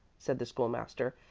said the school-master,